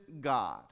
God